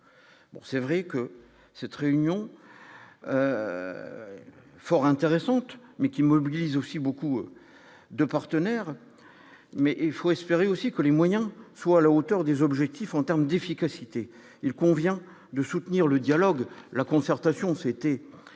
c'est vrai que cette réunion fort intéressante, mais qui mobilise aussi beaucoup de partenaires mais il faut espérer aussi que les moyens soient à la hauteur des objectifs en terme d'efficacité, il convient de soutenir le dialogue, la concertation s'était rappelé